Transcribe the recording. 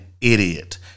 idiot